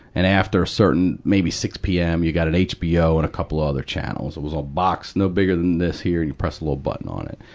and after a certain, maybe six pm, you got an hbo, and a couple of other channels. it was a box no bigger than this here, you press a little button on it.